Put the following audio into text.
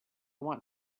want